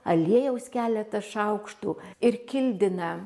aliejaus keletą šaukštų ir kildina